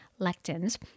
lectins